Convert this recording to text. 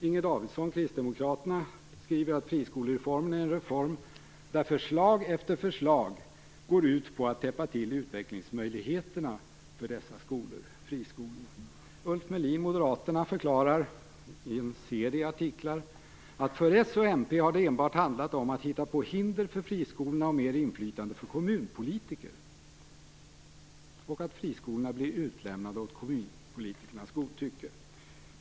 Inger Davidson, Kristdemokraterna, skriver att friskolereformen är en reform där "förslag efter förslag går ut på att täppa till utvecklingsmöjligheterna för dessa skolor". Ulf Melin, Moderaterna, förklarar i en serie artiklar att "för s och mp har det enbart handlat om att hitta på hinder för friskolorna och mer inflytande för kommunpolitiker" och att friskolorna "blir utlämnade åt kommunpolitikernas godtycke".